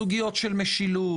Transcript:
סוגיות של משילות.